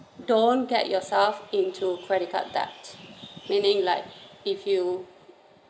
don't get yourself into credit card debt meaning like if you